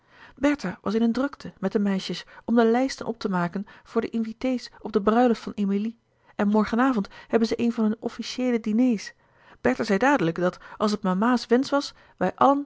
bertha was in een drukte met de meisjes om de lijsten op te maken voor de invités op de bruiloft van emilie en morgen avond hebben ze een van hun offi cieele diners bertha zei dadelijk dat als het mama's wensch was wij